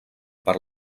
per